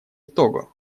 того